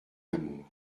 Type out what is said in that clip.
amour